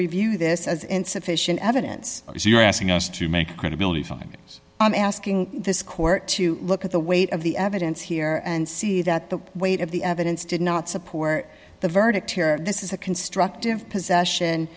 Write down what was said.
review this as insufficient evidence you're asking us to make credibility findings i'm asking this court to look at the weight of the evidence here and see that the weight of the evidence did not support the verdict here this is a constructive possession